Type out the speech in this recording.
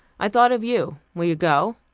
i thought of you. will you go?